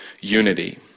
unity